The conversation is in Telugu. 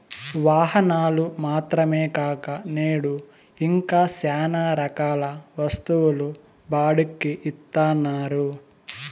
వాహనాలు మాత్రమే కాక నేడు ఇంకా శ్యానా రకాల వస్తువులు బాడుక్కి ఇత్తన్నారు